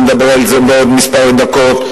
נדבר על זה בעוד כמה דקות,